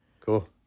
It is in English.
Cool